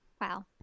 wow